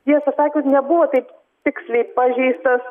tiesą sakant nebuvo taip tiksliai pažeistas